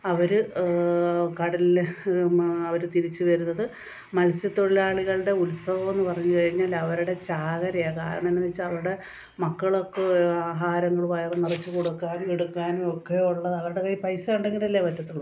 അവർ കടലിൽ മ അവർ തിരിച്ചു വരുന്നത് മത്സ്യത്തൊഴിലാളികളുടെ ഉത്സവമെന്നു പറഞ്ഞു കഴിഞ്ഞാലവരുടെ ചാകരയാണ് കാരണമോ എന്നായെന്നു വെച്ചാൽ അവരുടെ മക്കളൊക്കെ ആഹാരങ്ങൾ വയറു നിറച്ച് കൊടുക്കാനും എടുക്കാനും ഒക്കെ ഉള്ളത് അവരുടെ കയ്യിൽ പൈസ ഉണ്ടെങ്കിലല്ലേ പറ്റത്തുള്ളൂ